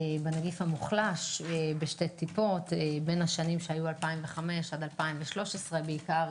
בנגיף המוחלש בשתי טיפות בין 2005 עד 2013 בעיקר